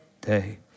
Day